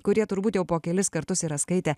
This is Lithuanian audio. kurie turbūt jau po kelis kartus yra skaitę